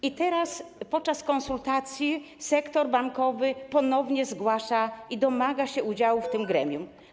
I teraz podczas konsultacji sektor bankowy ponownie to zgłasza i domaga się udziału w tym gremium.